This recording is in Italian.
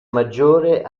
maggiore